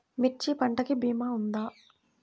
మిర్చి పంటకి భీమా ఉందా?